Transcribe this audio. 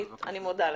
אני מודה לך.